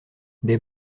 des